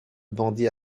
bandits